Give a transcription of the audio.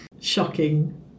shocking